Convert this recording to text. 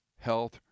Health